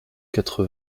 quatre